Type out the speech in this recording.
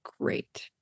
great